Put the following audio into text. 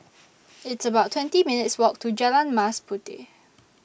It's about twenty minutes' Walk to Jalan Mas Puteh